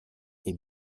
est